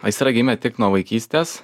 aistra gimė tik nuo vaikystės